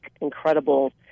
incredible